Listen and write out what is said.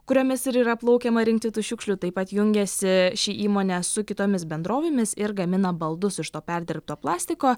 kuriomis ir yra plaukiama rinkti tų šiukšlių taip pat jungiasi ši įmonė su kitomis bendrovėmis ir gamina baldus iš to perdirbto plastiko